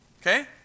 okay